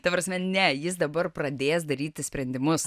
ta prasme ne jis dabar pradės daryti sprendimus